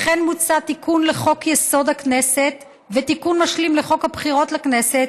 לכן מוצע תיקון לחוק-יסוד: הכנסת ותיקון משלים לחוק הבחירות לכנסת